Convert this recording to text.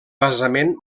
basament